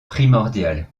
primordiale